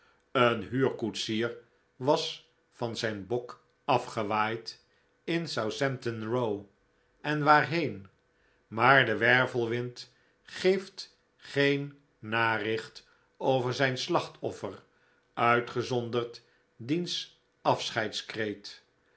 een huurkoetsier was van zijn bok afgewaaid in southampton row en waarheen maar de wervelwind geeft geen naricht over zijn slachtoffer uitgezonderd diens